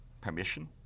Permission